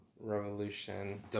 Revolution